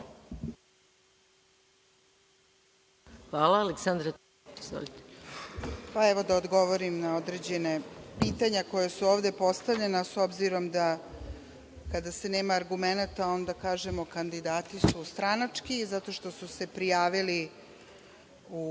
**Aleksandra Tomić** Evo da odgovorim na određena pitanja koja su ovde postavljena, s obzirom da kada se nema argumenata onda kažemo – kandidati su stranački zato što su se prijavili u